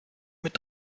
mit